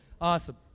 Awesome